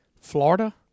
Florida